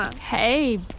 Hey